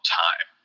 time